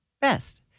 Best